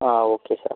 ആ okay sir